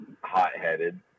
hot-headed